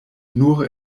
nur